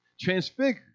transfigured